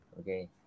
okay